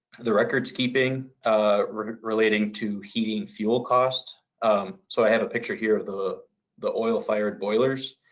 the records keeping relating to heating fuel cost um so i have a picture here of the the oil-fired boilers.